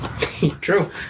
True